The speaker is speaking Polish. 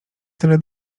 tyle